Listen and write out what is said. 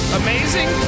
amazing